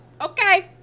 okay